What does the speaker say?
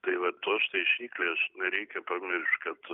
tai va tos taisyklės nereikia pamiršt kad